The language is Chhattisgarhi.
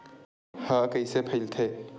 ह कइसे फैलथे?